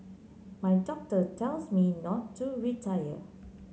my doctor tells me not to retire